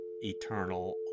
eternal